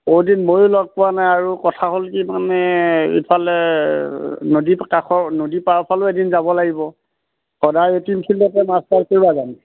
বহুতদিন ময়ো লগ পোৱা নাই আৰু কথা হ'ল কি মানে ইফালে নদী কাষৰ নদী পাৰৰ ফালেও এদিন যাব লাগিব সদায় এই টিম ফিল্ডতে মাৰ্চ পাষ্ট কৰিবা জানো